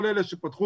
כל אלה שפתחו